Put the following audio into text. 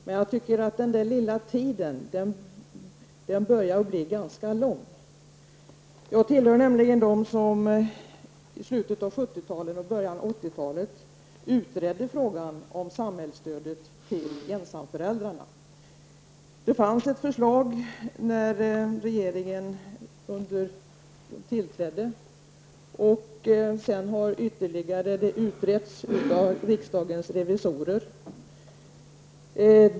Men jag tycker att den där lilla tiden börjar bli ganska lång. Jag är nämligen en av dem som i slutet av 70-talet och i början av 80-talet utredde frågan om samhällsstödet till ensamföräldrarna. Det fanns ett förslag när regeringen tillträdde, och sedan har detta ytterligare utretts av riksdagens revisorer.